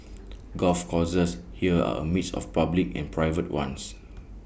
golf courses here are A mix of public and private ones